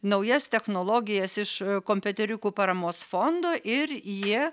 naujas technologijas iš kompiuteriukų paramos fondo ir jie